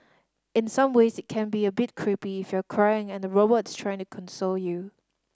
in some ways it can be a bit creepy if you're crying and the robot is trying to console you